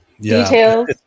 details